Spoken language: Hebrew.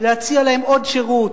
להציע להם עוד שירות,